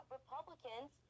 Republicans